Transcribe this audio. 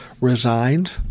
resigned